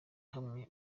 hamwe